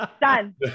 Done